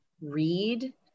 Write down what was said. read